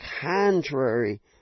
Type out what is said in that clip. contrary